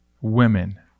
women